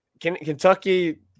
Kentucky